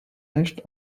nicht